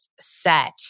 set